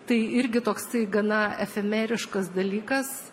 tai irgi toksai gana efemeriškas dalykas